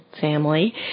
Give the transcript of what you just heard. family